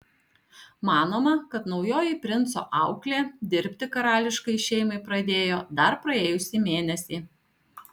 manoma kad naujoji princo auklė dirbti karališkajai šeimai pradėjo dar praėjusį mėnesį